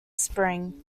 spring